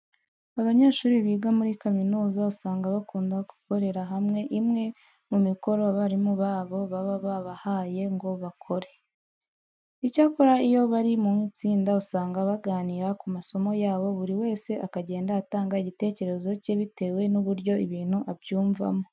Abanyeshuri biga muri kaminuza usanga bakunda gukorera hamwe imwe mu mikoro abarimu babo baba babahaye ngo bakore. Icyakora iyo bari mu itsinda usanga baganira ku masomo yabo buri wese akagenda atanga igitekerezo cye bitewe n'uburyo ibintu abyumva.